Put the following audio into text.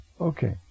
Okay